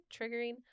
triggering